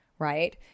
right